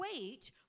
wait